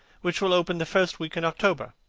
which will open the first week in october.